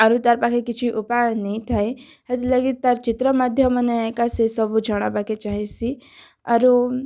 ଆରୁ ତା'ର୍ ପାଖେ କିଛି ଉପାୟ ନେଇ ଥାଇ ହେଥିର୍ଲାଗି ତା'ର ଚିତ୍ର ମାଧ୍ୟମନେ ଏକା ସେସବୁ ଜଣାବା'କେ ଚାହେଁସି ଆରୁ